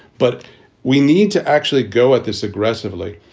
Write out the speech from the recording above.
but we need to actually go at this aggressively.